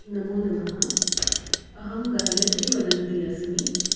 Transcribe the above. नमो नमः अहं गायत्री वदन्ती अस्मि